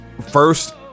first